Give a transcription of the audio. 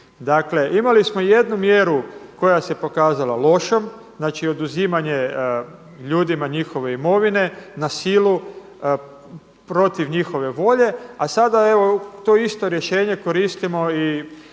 Dakle imali smo jednu mjeru koja se pokazala lošom, znači oduzimanje ljudima njihove imovine na silu protiv njihove volje, a sada to isto rješenje koristimo i